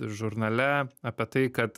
žurnale apie tai kad